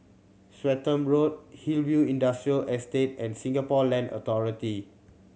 Swettenham Road Hillview Industrial Estate and Singapore Land Authority